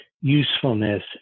usefulness